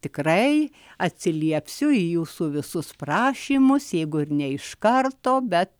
tikrai atsiliepsiu į jūsų visus prašymus jeigu ir ne iš karto bet